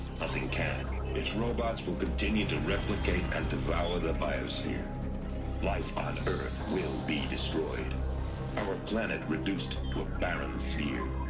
nothing can its robots will continue to replicate, and devour the biosphere life on earth will be destroyed our planet reduced to a barren sphere